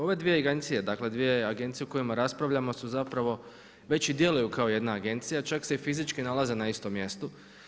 Ove dvije agencije dakle, dvije agencije o kojima raspravljamo, su zapravo već i djeluju kao jedna agencija, čak se i fizički nalaze na istom mjestu.